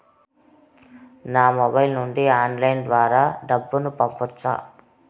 నా మొబైల్ నుండి ఆన్లైన్ ద్వారా డబ్బును పంపొచ్చా